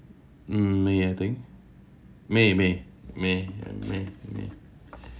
mm may I think may may may ya may may